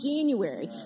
January